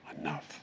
Enough